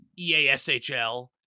EASHL